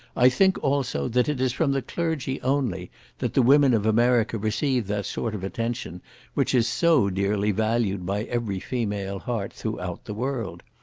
i think, also, that it is from the clergy only that the women of america receive that sort of attention which is so dearly valued by every female heart throughout the world.